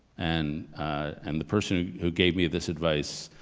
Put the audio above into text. and and the person who who gave me this advice,